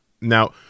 Now